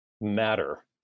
matter